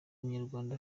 munyarwanda